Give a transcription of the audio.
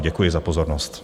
Děkuji za pozornost.